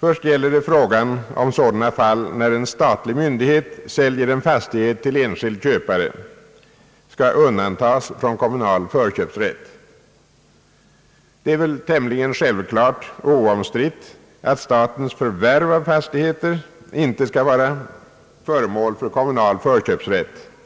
Först gäller det frågan om sådana fall, då en statlig myndighet säljer en fastighet till enskild köpare, skall undantagas från kommunal förköpsrätt. Det är väl tämligen självklart och oomstritt att statens förvärv av fastigheter inte skall vara föremål för kommunal förköpsrätt.